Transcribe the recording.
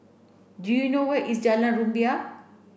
do you know where is Jalan Rumbia